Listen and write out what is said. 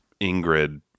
Ingrid